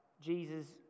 Jesus